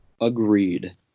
Agreed